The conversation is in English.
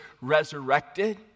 resurrected